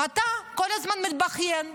ואתה כל הזמן מתבכיין.